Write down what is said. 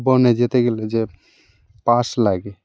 বনে যেতে গেলে যে পাস লাগে